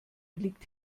liegt